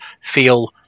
feel